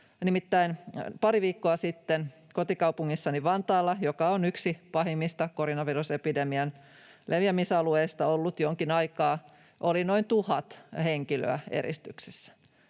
Nimittäin pari viikkoa sitten kotikaupungissani Vantaalla, joka on ollut jonkin aikaa yksi pahimmista koronavirusepidemian leviämisalueista, oli noin 1 000 henkilöä eristyksissä.